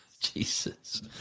Jesus